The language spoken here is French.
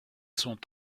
sont